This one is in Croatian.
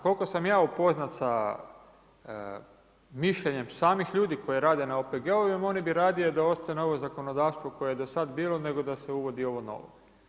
Koliko sam ja upoznat sa mišljenjem samih ljudi koji rade na OPG-ovima oni bi radije da ostane ovo zakonodavstvo koji je do sada bilo nego da se uvodi ovo novo.